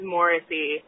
Morrissey